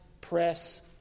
press